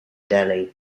delhi